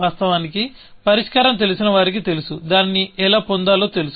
వాస్తవానికి పరిష్కారం తెలిసిన వారికి తెలుసు దానిని ఎలా తిరిగి పొందాలో తెలుసు